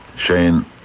Shane